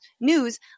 news